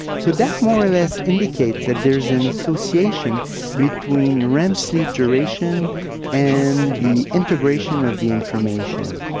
so that more or less indicates that there is an association between rem sleep duration and the integration of the information.